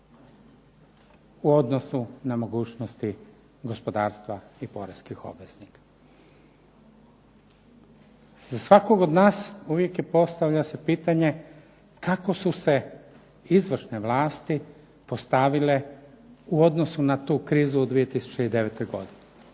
u odnosu na mogućnosti gospodarstva i poreznih obveznika. Za svakog od nas uvijek postavlja se pitanje kako su se izvršne vlasti postavile u odnosu na tu krizu u 2009. godini